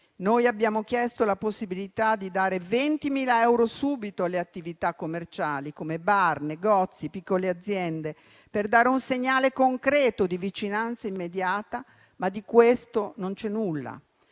Abbiamo chiesto la possibilità di dare 20.000 euro subito alle attività commerciali, come bar, negozi e piccole aziende, per dare un segnale concreto di vicinanza immediata. Ma di questo non c'è nulla.